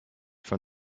from